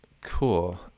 cool